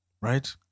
right